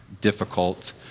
difficult